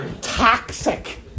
toxic